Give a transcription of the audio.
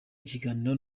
ikiganiro